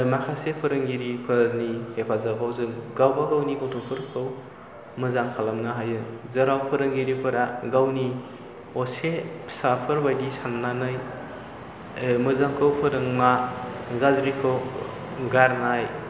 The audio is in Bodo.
माखासे फोरोंगिरिफोरनि हेफाजाबाव जों गावबागावनि गथ'फोरखौ मोजां खालामनो हायो जेराव फोरोंगिरिफोरा गावनि असे फिसाफोरबायदि साननानै मोजांखौ फोरोंना गाज्रिखौ गारनाय